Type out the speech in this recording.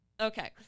okay